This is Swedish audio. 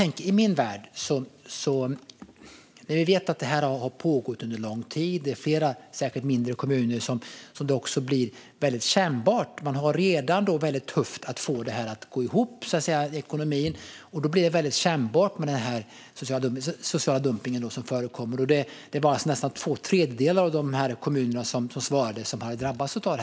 Fru talman! Vi vet att det här har pågått under lång tid. Det är flera, särskilt mindre, kommuner som det blir väldigt kännbart för. De har det redan tufft när det gäller att få ekonomin att gå ihop, och då blir det kännbart med den sociala dumpning som förekommer. Det var alltså nästan två tredjedelar av de kommuner som svarade som hade drabbats av det.